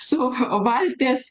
su valties